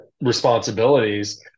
responsibilities